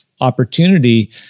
opportunity